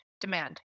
Demand